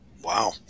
Wow